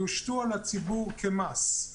יושתו על הציבור כמס.